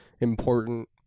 important